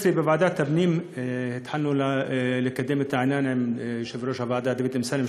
2015 בוועדת הפנים התחלנו לקדם את העניין עם יושב-ראש הוועדה דוד אמסלם.